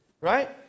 right